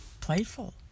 playful